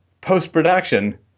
post-production